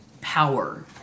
power